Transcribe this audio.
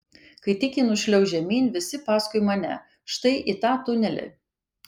kai tik ji nušliauš žemyn visi paskui mane štai į tą tunelį